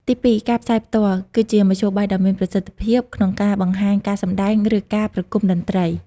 ទីពីរ ការផ្សាយផ្ទាល់ ក៏ជាមធ្យោបាយដ៏មានប្រសិទ្ធភាពក្នុងការបង្ហាញការសម្ដែង ឬការប្រគំតន្ត្រី។